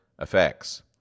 effects